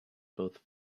both